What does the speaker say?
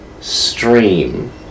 stream